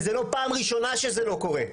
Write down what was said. וזה לא פעם ראשונה שזה לא קורה.